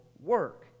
work